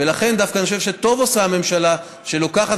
ולכן אני חושב שדווקא טוב עושה הממשלה שהיא לוקחת